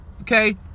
okay